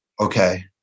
okay